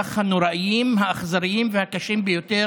דברים שנראים חלקם טובים, חלקם פחות,